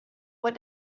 what